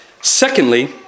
secondly